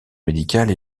médicale